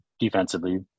Defensively